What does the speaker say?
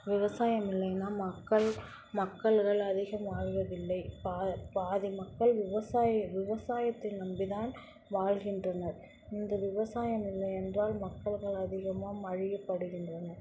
விவசாயம் இல்லைனா மக்கள் மக்கள்கள் அதிகம் வாழ்வதில்லை பா பாதி மக்கள் விவசாய விவசாயத்தை நம்பி தான் வாழ்கின்றனர் இந்த விவசாயம் இல்லையென்றால் மக்கள்கள் அதிகமாக மழியப்படுகின்றன